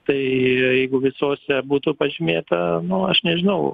tai jeigu visose būtų pažymėta nu aš nežinau